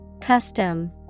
Custom